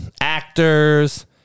actors